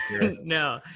No